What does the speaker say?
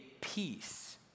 peace